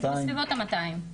בסביבות ה-200.